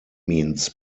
means